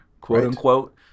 quote-unquote